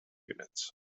units